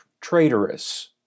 traitorous